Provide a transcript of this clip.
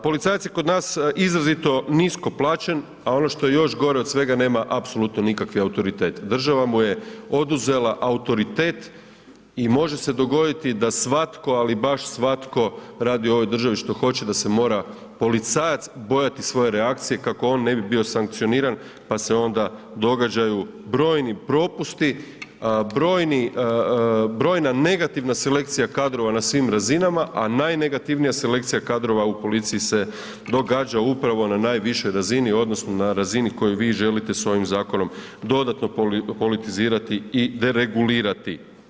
Policajac je kod nas izrazito nisko plaćen, a ono što je još gore od svega, nema apsolutno nikakvi autoritet, država mu je oduzela autoritet i može se dogoditi da svatko, ali baš svatko radi u ovoj državi što hoće, da se mora policajac bojati svoje reakcije kako on ne bi bio sankcioniran, pa se onda događaju brojni propusti, brojna negativna selekcija kadrova na svim razinama, a najnegativnija selekcija kadrova u policiji se događa upravo na najvišoj razini u odnosu na razini koju vi želite s ovim zakonom dodatno politizirati i deregulirati.